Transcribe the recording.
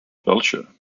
belcher